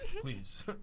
please